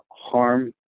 harm